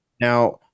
now